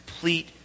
complete